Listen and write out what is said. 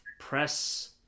press